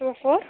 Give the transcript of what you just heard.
two four